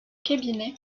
cabinet